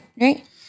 right